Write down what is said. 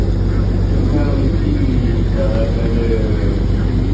खेढां मिकी जैदातर